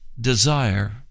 desire